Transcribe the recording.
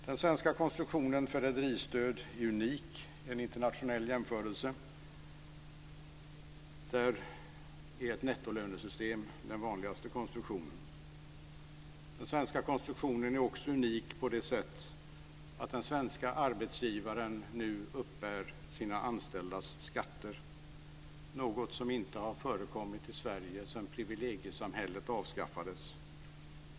Den svenska konstruktionen för rederistöd är unik vid en internationell jämförelse; där är ett nettolönesystem den vanligaste konstruktionen. Den svenska konstruktionen är också unik på det sättet att den svenska arbetsgivaren nu uppbär sina anställdas skatter, något som inte förekommit i Sverige sedan privilegiesamhället avskaffades.